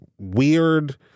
weird